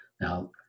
now